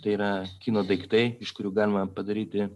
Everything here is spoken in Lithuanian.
tai yra kino daiktai iš kurių galima padaryti